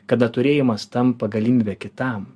kada turėjimas tampa galimybe kitam